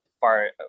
far